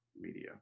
media